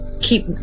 keep